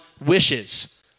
wishes